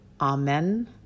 Amen